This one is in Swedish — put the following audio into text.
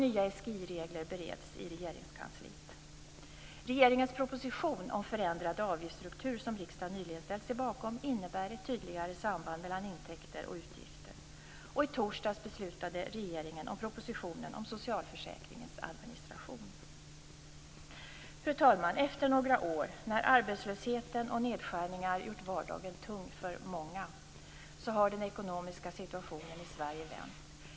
Nya SGI-regler bereds i Regeringens proposition om förändrad avgiftsstruktur som riksdagen nyligen ställt sig bakom innebär tydligare samband mellan intäkter och utgifter. I torsdags beslutade regeringen om propositionen om socialförsäkringens administration. Fru talman! Efter några år när arbetslöshet och nedskärningar gjort vardagen tung för många har den ekonomiska situationen i Sverige vänt.